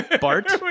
Bart